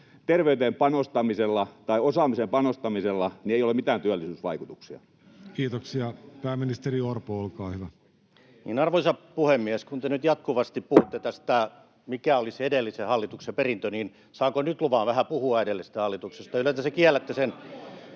terveyteen panostamisella tai osaamiseen panostamisella ei ole mitään työllisyysvaikutuksia? [Mauri Peltokangas: Tulostaulu näyttää tuloksen, kun summeri soi!] Kiitoksia. — Pääministeri Orpo, olkaa hyvä. Arvoisa puhemies! Kun te nyt jatkuvasti puhutte tästä, mikä oli se edellisen hallituksen perintö, niin saanko nyt luvan vähän puhua edellisestä hallituksesta? Yleensä te kiellätte sen.